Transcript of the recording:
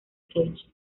cage